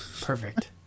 Perfect